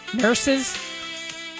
Nurses